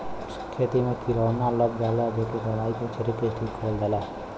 खेती में किरौना लग जाला जेके दवाई के छिरक के ठीक करल जाला